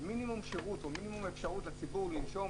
שירות או מינימום אפשרות לציבור לנשום,